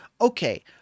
okay